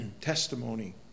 testimony